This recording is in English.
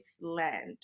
land